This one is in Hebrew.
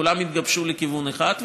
כולם התגבשו לכיוון אחד,